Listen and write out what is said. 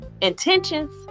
Intentions